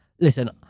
listen